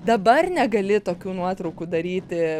dabar negali tokių nuotraukų daryti